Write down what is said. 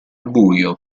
buio